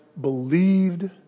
believed